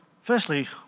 firstly